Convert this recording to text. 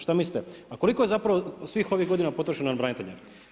Šta mislite a koliko je zapravo svih ovih godina potrošeno na branitelje?